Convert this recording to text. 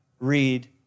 read